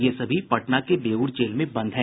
ये सभी पटना के बेऊर जेल में बंद हैं